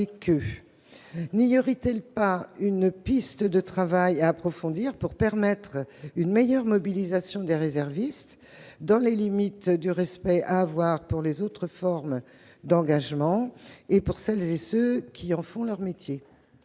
... N'y aurait-il pas là une piste de .travail à approfondir pour permettre une meilleure mobilisation des réservistes, dans les limites du respect des autres formes d'engagement et de celles et ceux qui en font leur métier ?